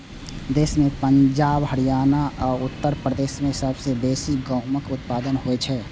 देश मे पंजाब, हरियाणा आ उत्तर प्रदेश मे सबसं बेसी गहूमक उत्पादन होइ छै